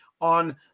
on